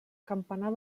campanar